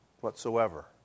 whatsoever